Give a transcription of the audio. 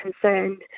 concerned